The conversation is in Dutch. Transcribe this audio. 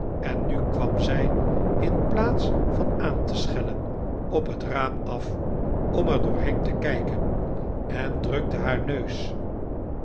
en nu kwam zij in pla'ats van aan te schellen op het raam af om er doorheen te kijken en drukte haar neus